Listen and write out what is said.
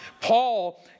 Paul